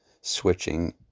switching